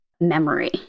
memory